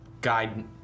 guide